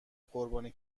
قربانی